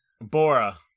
Bora